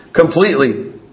completely